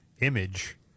image